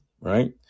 right